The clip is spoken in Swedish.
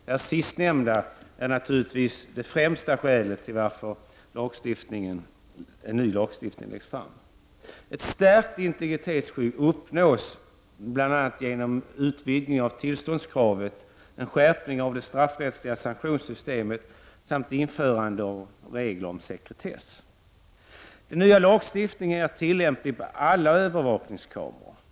Detta sista är naturligtvis det främsta skälet till att en ny lagstiftning läggs fram. Ett starkt integritetsskydd uppnås bl.a. genom utvidgning av tillståndskravet, skärpning av det straffrättsliga sanktionssystemet samt införande av regler om sekretess. Den nya lagstiftningen är tillämplig på alla övervakningskameror.